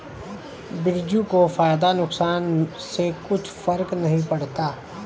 बिरजू को फायदा नुकसान से कुछ फर्क नहीं पड़ता